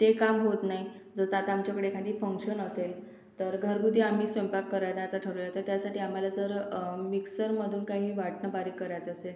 ते काम होत नाही जसं आता आमच्याकडे एखादी फंक्शन असेल तर घरगुती आम्ही स्वयंपाक करायला जर ठरवलं तर त्यासाठी आम्हाला जर मिक्सरमधून काही वाटण बारीक करायचं असेल